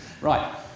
Right